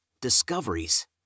discoveries